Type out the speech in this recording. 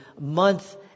month